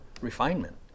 refinement